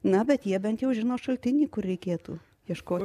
na bet jie bent jau žino šaltinį kur reikėtų ieškot